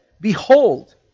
Behold